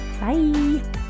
Bye